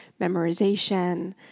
memorization